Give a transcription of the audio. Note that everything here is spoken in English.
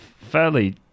fairly